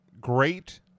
great